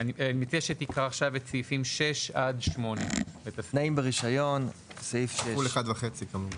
אני מציע שתקרא עכשיו את סעיפים 6-8. תנאים ברישיון 6. (א)